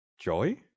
Joy